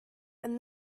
and